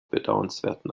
bedauernswerten